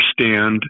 understand